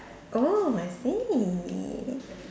oh I see